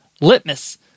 Litmus